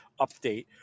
update